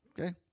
Okay